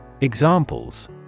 Examples